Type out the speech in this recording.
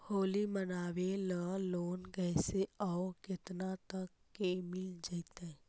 होली मनाबे ल लोन कैसे औ केतना तक के मिल जैतै?